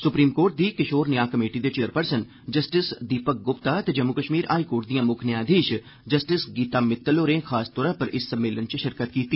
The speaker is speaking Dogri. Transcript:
सुप्रीम कोर्ट दी किषोर न्याऽ कमेटी दे चेयरपर्सन जस्टिस दीपक गुप्ता ते जम्मू कष्मीर हाईकोर्ट दिआं मुक्ख न्यायाधीष जस्टिस गीता मिततल होरें खासतौरा पर इस सम्मेलन च षिरकत कीती